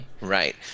Right